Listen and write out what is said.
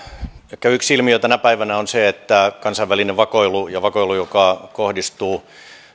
ehkä yksi ilmiö tänä päivänä on se että kansainvälinen vakoilu ja vakoilu joka kohdistuu